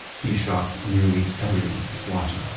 he shocked nearly everyone watching.